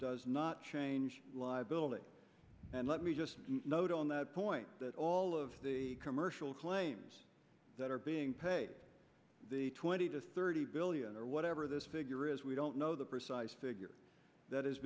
does not change live build it and let me just note on that point that all of commercial claims that are being paid the twenty to thirty billion or whatever this figure is we don't know the precise figure that is